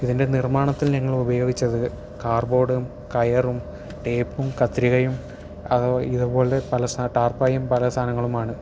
ഇതിൻ്റെ നിർമാണത്തിന് ഉപയോഗിച്ചത് കാർഡ്ബോർഡും കയറും ടേപ്പും കത്രികയും അത് ഇതുപോലെ പല ടാർപ്പായും പല സാധങ്ങളുമാണ്